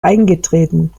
eingetreten